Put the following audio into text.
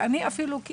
אפילו אני,